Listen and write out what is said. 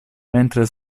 mentre